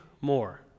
more